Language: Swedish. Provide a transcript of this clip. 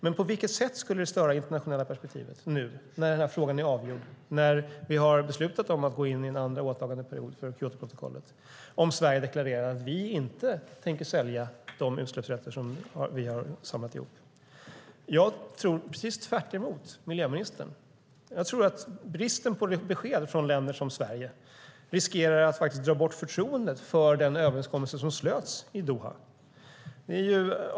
Men på vilket sätt skulle det störa det internationella perspektivet nu när den här frågan är avgjord, när vi har beslutat om att gå in i en andra åtagandeperiod för Kyotoprotokollet om Sverige deklarerade att vi inte tänker sälja de utsläppsrätter som vi har samlat ihop? Jag tror precis tvärtemot miljöministern att bristen på besked från länder som Sverige riskerar att minska förtroendet för den överenskommelse som slöts i Doha.